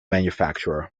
manufacturer